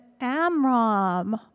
Amram